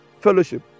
fellowship